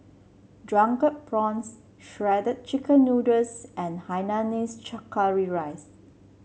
Drunken Prawns Shredded Chicken Noodles and Hainanese chaw Curry Rice